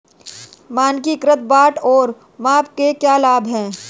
मानकीकृत बाट और माप के क्या लाभ हैं?